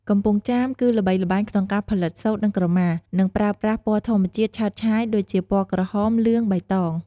កំពង់ចាម គឺល្បីល្បាញ ក្នុងការផលិតសូត្រ និងក្រមា និងប្រើប្រាស់ ពណ៌ធម្មជាតិឆើតឆាយ ដូចជា ពណ៌ក្រហម លឿង បៃតង។